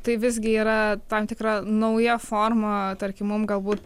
tai visgi yra tam tikra nauja forma tarkim mum galbūt